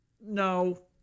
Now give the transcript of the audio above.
No